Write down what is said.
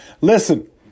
Listen